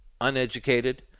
uneducated